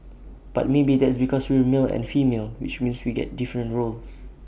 but maybe that's because we're male and female which means we get different roles